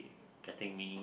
getting me